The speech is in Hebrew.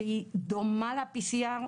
שהיא דומה ל-PCR.